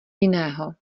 jiného